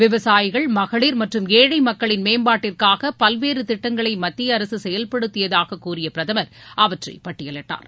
விவசாயிகள் மகளிர் மற்றும் ஏழை மக்களின் மேம்பாட்டிற்காக பல்வேறு திட்டங்களை மத்திய அரசு செயல்படுத்தியதாக கூறிய பிரதமர் அவற்றை பட்டியலிட்டார்